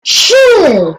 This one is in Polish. trzy